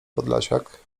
podlasiak